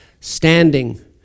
standing